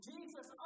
Jesus